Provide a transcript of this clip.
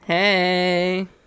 hey